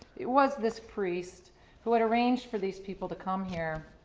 it was this priest who had arranged for these people to come here.